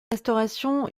restauration